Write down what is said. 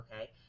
okay